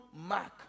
mark